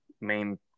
main